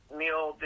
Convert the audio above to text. meal